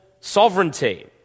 sovereignty